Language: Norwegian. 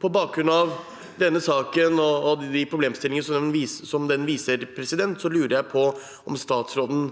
På bakgrunn av denne saken og de problemstillingene den viser til, lurer jeg på om statsråden